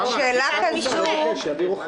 עשיתם במשך חצי שנה?